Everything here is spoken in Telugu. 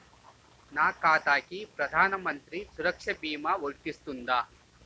నా ఖాతాకి ప్రధాన మంత్రి సురక్ష భీమా వర్తిస్తుందా?